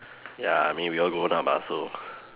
ya I mean we all grown up ah so